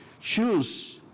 choose